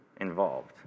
involved